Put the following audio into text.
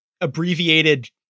abbreviated